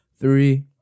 Three